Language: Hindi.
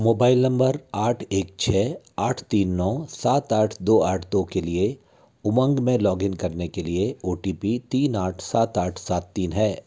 मोबाइल नंबर आठ एक छः आठ तीन नौ सात आठ दो आठ दो के लिए उमंग में लॉगइन करने के लिए ओ टी पी तीन आठ सात आठ सात तीन है